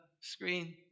screen